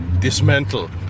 dismantle